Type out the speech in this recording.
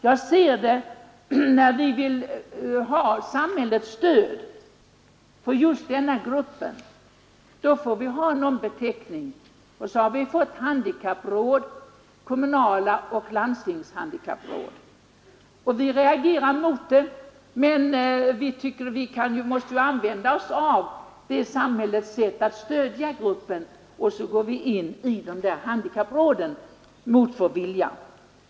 Det ser vi när vi vill ha samhällets stöd åt denna grupp. Då måste man ha någon beteckning. Så har vi fått kommunala handikappråd och handikappråd i landstinget. Vi reagerar mot benämningarna, men vi måste ju använda oss av samhällets sätt att stödja gruppen, och så går vi in i dessa handikappråd mot vår vilja.